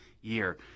year